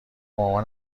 مامان